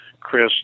Chris